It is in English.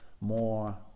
more